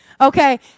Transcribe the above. Okay